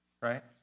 right